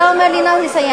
אתה אומר לי "נא לסיים",